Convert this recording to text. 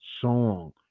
song